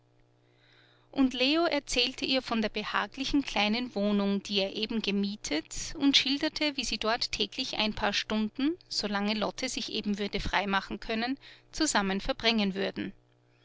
und leo erzählte ihr von der behaglichen kleinen wohnung die er eben gemietet und schilderte wie sie dort täglich ein paar stunden so lange lotte sich eben würde freimachen können zusammen verbringen würden